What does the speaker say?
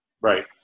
Right